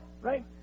right